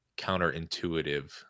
counterintuitive